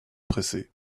presser